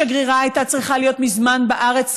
השגרירה הייתה צריכה להיות מזמן בארץ,